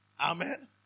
Amen